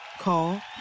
call